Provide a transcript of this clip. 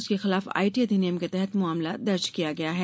उसके खिलाफ आईटी अधिनियम के तहत मामला दर्ज किया गया है